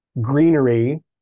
greenery